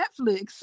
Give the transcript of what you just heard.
Netflix